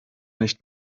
nicht